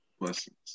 Blessings